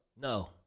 No